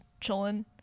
chilling